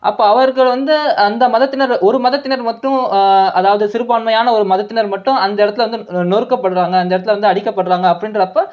அப்போ அவர்களை வந்து அந்த மதத்தினர் ஒரு மதத்தினர் மட்டும் அதாவது சிறுப்பான்மையான ஒரு மதத்தினர் மட்டும் அந்த இடத்துல வந்து நொறுக் நொறுக்கபடுகிறாங்க அந்த இடத்துல வந்து அடிக்கபடுகிறாங்க அப்படின்றப்ப